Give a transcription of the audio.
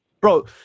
Bro